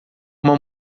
uma